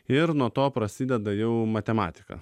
ir nuo to prasideda jau matematika